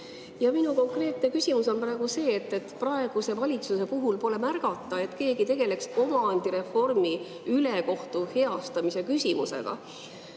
Minu konkreetne küsimus on praegu see, et praeguse valitsuse puhul pole märgata, et keegi tegeleks omandireformi ülekohtu heastamise küsimusega.